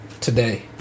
today